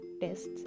tests